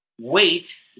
wait